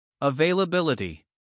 Availability